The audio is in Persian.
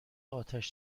آتش